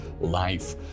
life